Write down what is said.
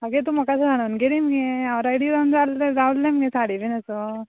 आगे तूं म्हाका साणून गेली मगे हांव रेडी जावन जाल्लें जावल्लें मगे साडे तीन असो